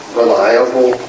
reliable